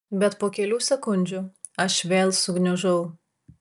bet po kelių sekundžių aš vėl sugniužau